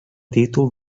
títol